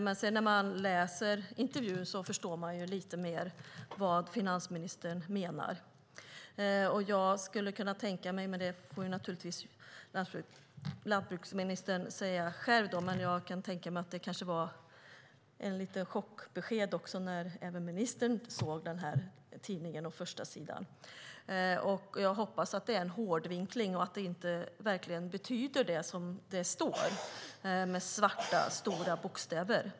Men när man läser intervjun förstår man lite mer vad finansministern menar. Landsbygdsministern får naturligtvis säga det själv, men jag kan tänka mig att det var ett chockbesked även för honom när han såg första sidan i denna tidning. Jag hoppas att det är en hårdvinkling och att det verkligen inte betyder det som det står med stora svarta bokstäver.